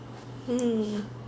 mm